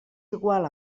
igual